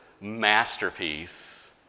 Masterpiece